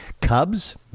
Cubs